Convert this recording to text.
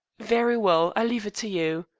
very well, i leave it to you.